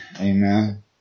amen